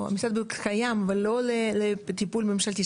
לא, משרד הבריאות קיים, אבל לא לטיפול ממשלתי.